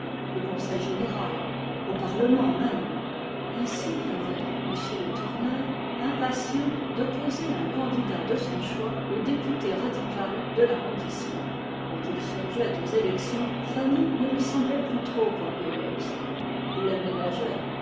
au conseil général au parlement même ainsi rêvait m le tourneur impatient d'opposer un candidat de son choix au député radical de l'arrondissement quand il songeait aux élections fanny ne lui semblait plus trop orgueilleuse il la